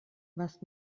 was